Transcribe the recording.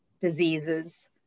diseases